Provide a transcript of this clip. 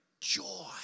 joy